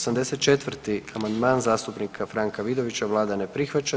84. amandman, zastupnika Franka Vidovića, Vlada ne prihvaća.